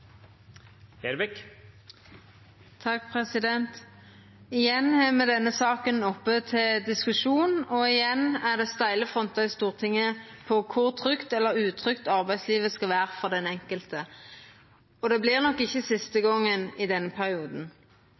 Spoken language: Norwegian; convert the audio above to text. i dag. Igjen har me denne saka oppe til diskusjon, og igjen er det steile frontar i Stortinget om kor trygt eller utrygt arbeidslivet skal vera for den enkelte. Det vert nok ikkje siste gongen i denne perioden.